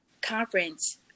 conference